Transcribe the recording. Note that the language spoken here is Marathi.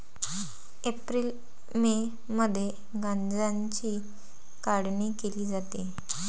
एप्रिल मे मध्ये गांजाची काढणी केली जाते